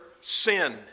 sin